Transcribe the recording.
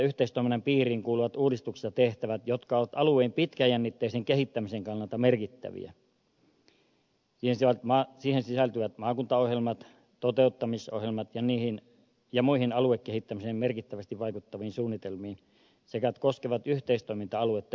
yhteistoiminnan piiriin kuuluvat uudistuksessa tehtävät jotka ovat alueen pitkäjännitteisen kehittämisen kannalta merkittäviä sisältyvät maakuntaohjelmiin tai niiden toteuttamissuunnitelmiin tai muihin alueiden kehittämiseen merkittävästi vaikuttaviin suunnitelmiin sekä koskevat yhteistoiminta aluetta yhteisesti